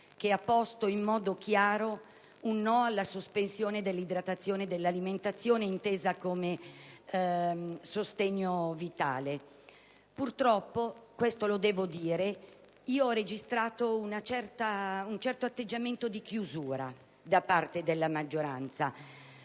che ha posto in modo chiaro un no alla sospensione dell'idratazione e dell'alimentazione, intese come sostegno vitale. Purtroppo - questo lo devo dire - ho registrato un certo atteggiamento di chiusura da parte della maggioranza.